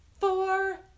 four